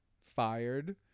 fired